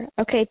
Okay